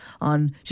on